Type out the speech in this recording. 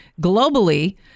globally